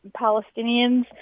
Palestinians